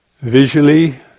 Visually